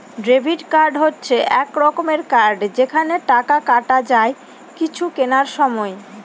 debit card হচ্ছে এক রকমের কার্ড যেখানে টাকা কাটা যায় কিছু কেনার সময়